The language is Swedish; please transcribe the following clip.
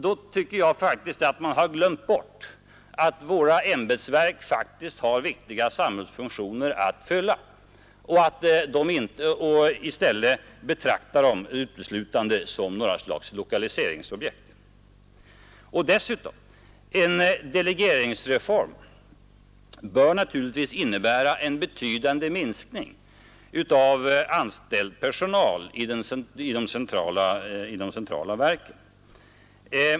Då tycker jag faktiskt, herr talman, att man glömmer bort att våra ämbetsverk har viktiga samhällsfunktioner att fullgöra och att man i stället betraktar dem uteslutande som lokaliseringsobjekt. En delegeringsreform bör naturligtvis innebära en betydande minskning av anställd personal i de centrala verken.